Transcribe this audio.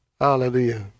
Hallelujah